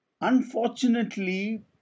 Unfortunately